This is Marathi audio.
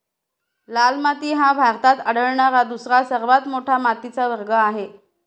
लाल माती हा भारतात आढळणारा दुसरा सर्वात मोठा मातीचा वर्ग आहे